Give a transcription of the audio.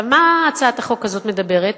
על מה הצעת החוק הזאת מדברת?